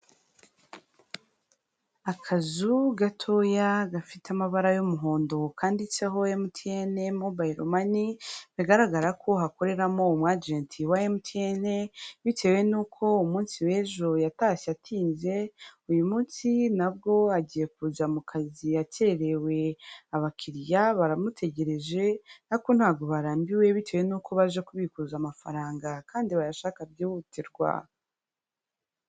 Akazu gatoya gafite amabara y'umuhondo kanditseho MTN mobayiro mani, bigaragara ko hakoreramo umwajenti wa MTN, bitewe n'uko umunsi w'ejo yatashye atinze, uyu munsi na bwo agiye kuza mu kazi akererewe, abakiriya baramutegereje ariko ntabwo barambiwe bitewe n'uko baje kubikuza amafaranga kandi bayashaka byihutirwa.